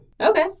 Okay